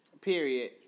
Period